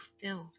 filled